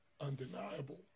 undeniable